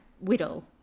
Whittle